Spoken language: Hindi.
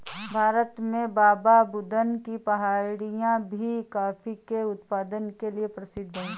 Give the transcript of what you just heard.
भारत में बाबाबुदन की पहाड़ियां भी कॉफी के उत्पादन के लिए प्रसिद्ध है